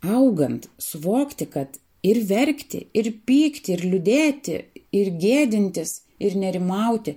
augant suvokti kad ir verkti ir pykti ir liūdėti ir gėdintis ir nerimauti